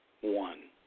one